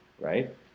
right